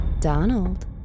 Donald